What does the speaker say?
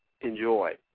enjoy